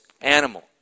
animal